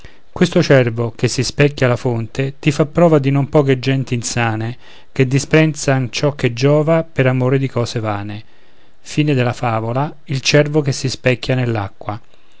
questo cervo che si specchia alla fonte ti fa prova di non poche genti insane che disprezzan ciò che giova per amor di cose vane x la